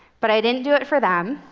but i didn't do it for them.